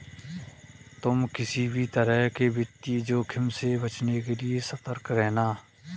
तुम किसी भी तरह के वित्तीय जोखिम से बचने के लिए सतर्क रहना